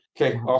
Okay